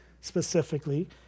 specifically